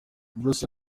bruce